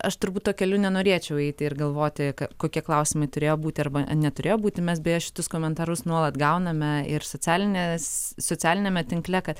aš turbūt tuo keliu nenorėčiau eiti ir galvoti kokie klausimai turėjo būti arba neturėjo būti mes beje šitus komentarus nuolat gauname ir socialinės socialiniame tinkle kad